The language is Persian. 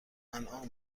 انعام